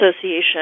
Association